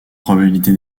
probabilité